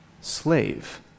slave